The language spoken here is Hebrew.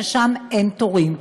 ששם אין תורים.